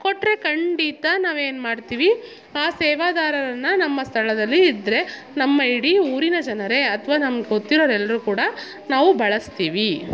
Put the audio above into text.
ಕೊಟ್ಟರೆ ಖಂಡಿತ ನಾವು ಏನು ಮಾಡ್ತೀವಿ ಆ ಸೇವಾದಾರರನ್ನು ನಮ್ಮ ಸ್ಥಳದಲ್ಲಿ ಇದ್ದರೆ ನಮ್ಮ ಇಡೀ ಊರಿನ ಜನರೇ ಅಥ್ವಾ ನಮ್ಮ ಗೊತ್ತಿರೋರು ಎಲ್ಲರೂ ಕೂಡ ನಾವು ಬಳಸ್ತೀವಿ